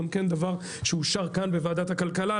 גם כן דבר שאושר כאן בוועדת הכלכלה.